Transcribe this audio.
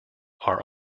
are